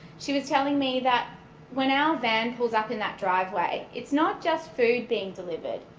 she was telling me that when our van pulled up in that driveway it's not just food being delivered.